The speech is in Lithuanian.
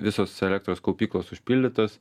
visos elektros kaupyklos užpildytos